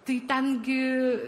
tai ten gi